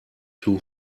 too